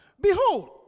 Behold